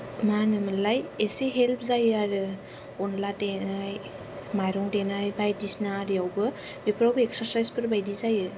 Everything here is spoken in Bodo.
मा होनोमोनलाय इसे हेल्प जायो आरो अनला देनाय मायरं देनाय बायदिसिना आरियावबो बेफोरावबो एक्सारसायजफोर बादि जायो